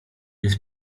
jest